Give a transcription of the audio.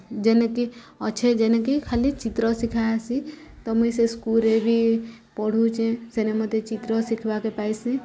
ଯେନେକି ଅଛେ ଯେନେକି ଖାଲି ଚିତ୍ର ଶିଖାହେସି ତ ମୁଇଁ ସେ ସ୍କୁଲ୍ରେ ବି ପଢ଼ୁଚେଁ ସେନେ ମତେ ଚିତ୍ର ଶିଖିବାକେ ପାଇସିଁ